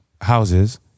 houses